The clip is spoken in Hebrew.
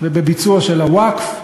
ובביצוע של הווקף.